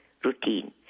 routine